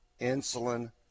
insulin